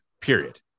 Period